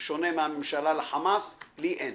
בשונה מהממשלה לחמאס, לי אין.